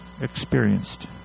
experienced